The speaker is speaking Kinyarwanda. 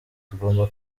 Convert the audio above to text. tugomba